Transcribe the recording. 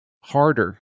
harder